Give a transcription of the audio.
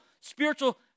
spiritual